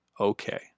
okay